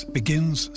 begins